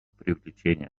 привлечения